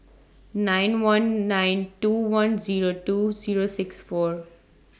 nine one nine two one Zero two Zero six four